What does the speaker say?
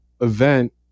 event